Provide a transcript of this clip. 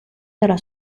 dalla